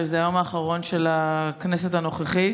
שזה היום האחרון של הכנסת הנוכחית.